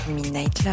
Midnight